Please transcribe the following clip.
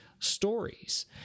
stories